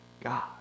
God